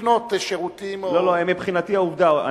והם מבחינתי העובדה.